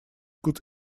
could